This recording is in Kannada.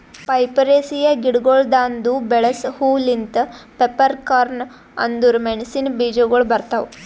ಪೈಪರೇಸಿಯೆ ಗಿಡಗೊಳ್ದಾಂದು ಬೆಳಸ ಹೂ ಲಿಂತ್ ಪೆಪ್ಪರ್ಕಾರ್ನ್ ಅಂದುರ್ ಮೆಣಸಿನ ಬೀಜಗೊಳ್ ಬರ್ತಾವ್